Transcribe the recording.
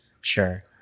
Sure